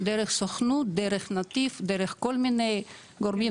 דרך סוכנות, דרך נתיב, דרך כל מיני גורמים.